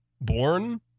born